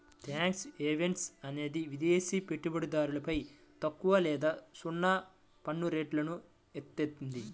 tax haven అనేది విదేశి పెట్టుబడిదారులపై తక్కువ లేదా సున్నా పన్నురేట్లను ఏత్తాది